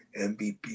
MVP